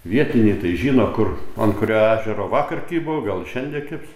vietiniai tai žino kur ant kurio ežero vakar kibo gal ir šiandien kibs